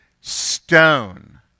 stone